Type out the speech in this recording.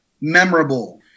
memorable